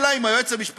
אלא אם כן היועץ המשפטי,